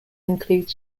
include